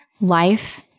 life